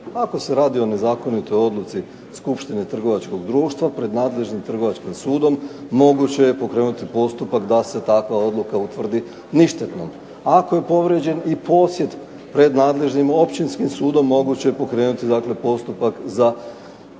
Ako se radi o nezakonitoj odluci Skupštine trgovačkog društva pred nadležnim Trgovačkim sudom moguće je pokrenuti postupak da se takva odluka utvrdi ništetnom. Ako je povrijeđen i posjed pred nadležnim općinskim sudom moguće je pokrenuti dakle postupak za zaštitu